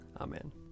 Amen